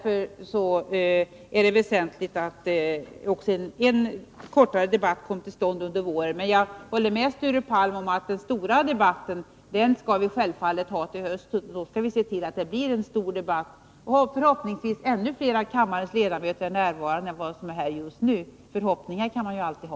Därför var det väsentligt att också en kortare debatt kom till stånd under våren. Men jag håller med Sture Palm om att vi självfallet skall ha den stora debatten till hösten. Då skall vi se till att det verkligen blir en stor debatt, och förhoppningsvis kommer då ännu fler av kammarens ledamöter att vara närvarande än nu. Förhoppningar kan man ju alltid ha.